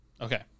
okay